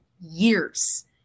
years